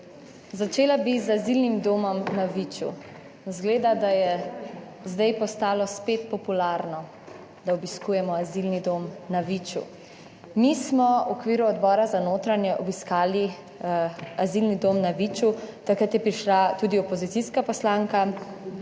Začela bi z azilnim domom na Viču. Izgleda, da je zdaj postalo spet popularno, da obiskujemo Azilni dom na Viču. Mi smo v okviru Odbora za notranje obiskali Azilni dom na Viču, takrat je prišla tudi opozicijska poslanka